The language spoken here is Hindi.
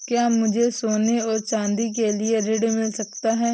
क्या मुझे सोने और चाँदी के लिए ऋण मिल सकता है?